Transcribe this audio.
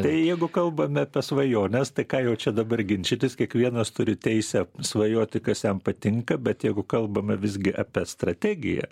tai jeigu kalbame apie svajones tai ką jaučia dabar ginčytis kiekvienas turi teisę svajoti kas jam patinka bet jeigu kalbame visgi apie strategiją